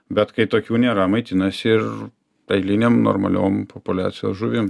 bet kai tokių nėra maitinasi ir eilinėm normaliom populiacijos žuvim